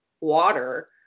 water